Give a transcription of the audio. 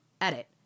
edit